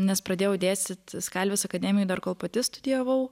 nes pradėjau dėstyt kalvės akademijoj dar kol pati studijavau